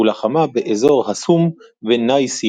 ולחמה באזור הסום וניי-סיר-סן.